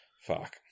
Fuck